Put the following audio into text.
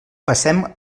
passem